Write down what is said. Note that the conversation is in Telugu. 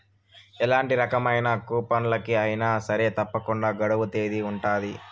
ఎలాంటి రకమైన కూపన్లకి అయినా సరే తప్పకుండా గడువు తేదీ ఉంటది